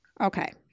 Okay